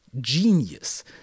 genius